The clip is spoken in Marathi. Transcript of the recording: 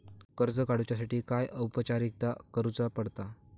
कर्ज काडुच्यासाठी काय औपचारिकता करुचा पडता?